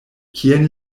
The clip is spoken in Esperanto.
kien